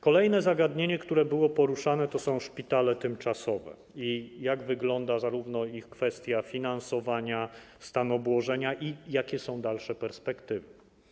Kolejne zagadnienie, które było poruszane, to są szpitale tymczasowe i to, jak wygląda kwestia ich finansowania, stan obłożenia i jakie są dalsze perspektywy.